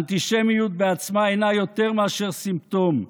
האנטישמיות בעצמה אינה יותר מאשר סימפטום,